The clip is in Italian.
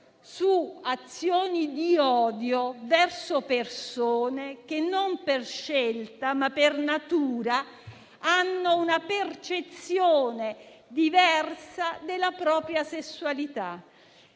di azioni di odio verso persone che, non per scelta ma per natura, hanno una percezione diversa della propria sessualità.